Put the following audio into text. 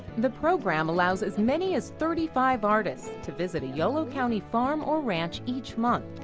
the program allows as many as thirty five artists to visit a yolo county farm or ranch each month.